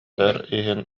иһин